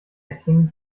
erklingen